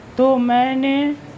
تو میں نے